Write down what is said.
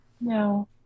no